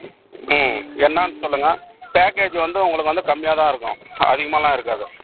ம் என்னென்னு சொல்லுங்கள் பேக்கேஜ் வந்து உங்களுக்கு வந்து கம்மியாகதான் இருக்கும் அதிகமாவெல்லாம் இருக்காது